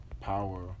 Power